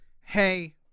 Hey